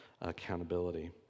accountability